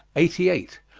eighty eight.